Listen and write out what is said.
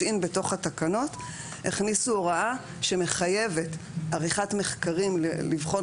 אִין בתוך התקנות הכניסו הוראה שמחייבת עריכת מחקרים לבחון